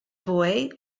boy